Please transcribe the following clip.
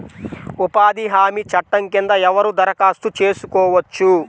ఉపాధి హామీ చట్టం కింద ఎవరు దరఖాస్తు చేసుకోవచ్చు?